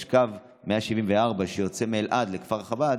יש קו 174 שיוצא מאלעד לכפר חב"ד.